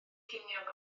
ceiniog